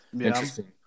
Interesting